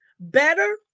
Better